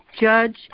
Judge